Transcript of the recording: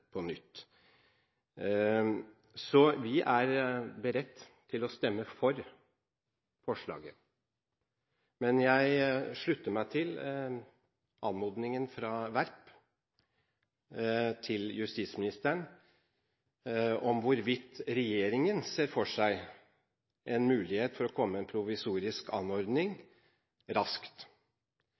Så vi er beredt til å stemme for forslaget, men jeg slutter meg til Werps anmodning til justisministeren om hvorvidt regjeringen ser for seg en mulighet for raskt å komme med en provisorisk anordning. Hvis vi tenker litt tilbake, så har regjeringen handlet raskt